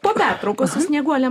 po pertraukos snieguole